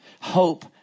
Hope